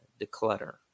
declutter